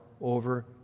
over